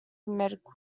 medical